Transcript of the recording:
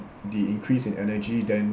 the increase in energy then